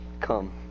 Come